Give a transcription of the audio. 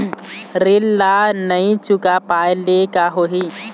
ऋण ला नई चुका पाय ले का होही?